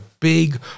Big